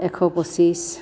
এশ পঁচিছ